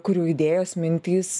kurių idėjos mintys